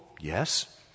yes